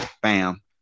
Bam